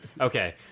Okay